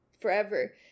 forever